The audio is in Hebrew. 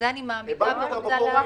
ולכן אני מעמידה ורוצה להבין.